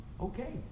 Okay